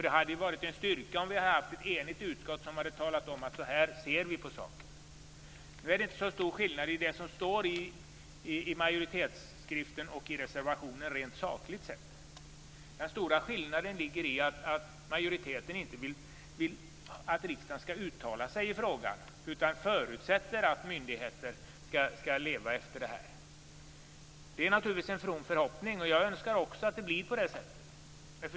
Det hade varit en styrka om ett enigt utskott hade talat om att så här ser vi på saken. Nu är det inte så stor skillnad på det som står i majoritetsskrivningen och i reservationen rent sakligt sett. Den stora skillnaden ligger i att majoriteten inte vill att riksdagen skall uttala sig i frågan utan förutsätter att myndigheterna skall leva efter det här. Det är naturligtvis en from förhoppning. Jag önskar också att det blir på det sättet.